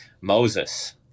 Moses